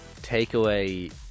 takeaway